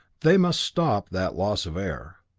they must stop that loss of air.